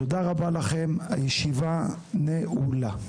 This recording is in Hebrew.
תודה רבה לכם, הישיבה נעולה.